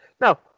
Now